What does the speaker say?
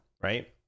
Right